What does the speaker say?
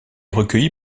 recueilli